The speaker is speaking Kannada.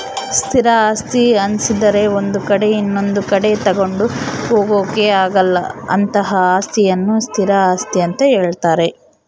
ಸ್ಥಿರ ಆಸ್ತಿ ಅನ್ನಿಸದ್ರೆ ಒಂದು ಕಡೆ ಇನೊಂದು ಕಡೆ ತಗೊಂಡು ಹೋಗೋಕೆ ಆಗಲ್ಲ ಅಂತಹ ಅಸ್ತಿಯನ್ನು ಸ್ಥಿರ ಆಸ್ತಿ ಅಂತ ಹೇಳ್ತಾರೆ